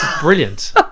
brilliant